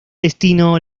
destino